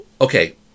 Okay